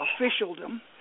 officialdom